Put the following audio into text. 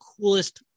coolest